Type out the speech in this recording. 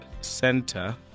Center